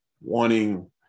wanting